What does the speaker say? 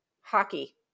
Hockey